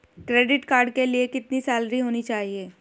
Credit card के लिए कितनी सैलरी होनी चाहिए?